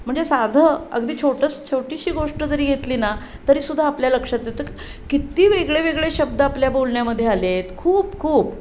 म्हणजे साधं अगदी छोटंसं छोटीशी गोष्ट जरी घेतली ना तरीसुद्धा आपल्या लक्षात येतं किती वेगळे वेगळे शब्द आपल्या बोलण्यामध्ये आले आहेत खूप खूप